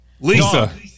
Lisa